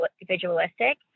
individualistic